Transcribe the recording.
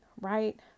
right